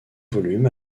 volume